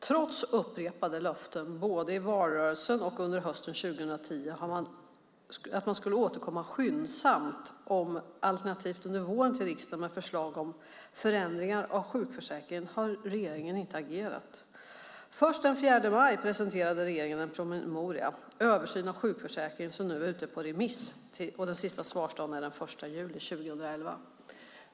Trots upprepade löften både i valrörelsen och under hösten 2010 att man skulle återkomma skyndsamt, alternativt under våren, till riksdagen med förslag om förändringar i sjukförsäkringen har regeringen inte agerat. Först den 4 maj presenterade regeringen en promemoria, Översyn av sjukförsäkringen , som nu är ute på remiss. Den sista svarsdagen är den 1 juli 2011.